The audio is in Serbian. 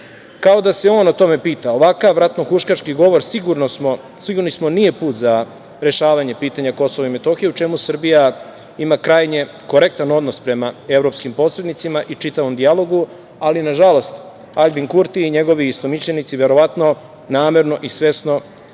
kao da se on o tome pita. Ovako ratnohuškački govor sigurni smo nije put za rešavanje pitanja KiM o čemu Srbija ima krajnje korektan odnos prema evropskim posrednicima i čitavom dijalogu, ali nažalost Aljbin Kurti i njegovi istomišljenici verovatno namerno i svesno